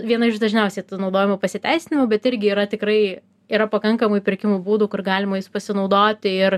viena iš dažniausia naudojamų pasiteisinimų bet irgi yra tikrai yra pakankamai pirkimo būdų kur galima jais pasinaudoti ir